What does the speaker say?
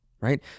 Right